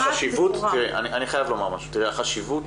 החשיבות